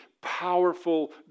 powerful